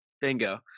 Bingo